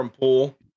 pool